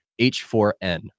H4n